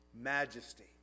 majesty